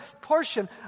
portion